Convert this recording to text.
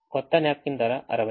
కొత్త న్యాప్కిన్ ధర 60